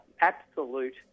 absolute